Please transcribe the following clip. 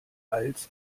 als